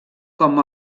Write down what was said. com